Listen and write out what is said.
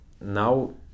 now